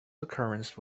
occurrence